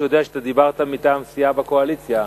אתה יודע שדיברת מטעם סיעה בקואליציה.